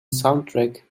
soundtrack